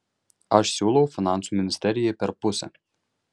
aš siūlau finansų ministerijai per pusę